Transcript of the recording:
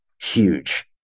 huge